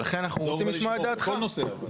לגזור ולשמור, אבל בכל נושא.